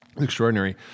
Extraordinary